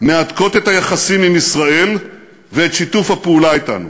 מהדקות את היחסים עם ישראל ואת שיתוף הפעולה אתנו.